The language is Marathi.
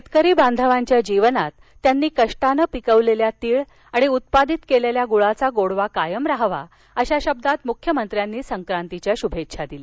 शेतकरी बांधवांच्या जीवनात त्यांनी कष्टानं पिकवलेल्या तीळ आणि उत्पादित केलेल्या गुळाचा गोडवा कायम रहावा अशा शब्दात मुख्यमंत्र्यांनी संक्रांतीच्या शुभेच्छा दिल्या